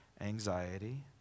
anxiety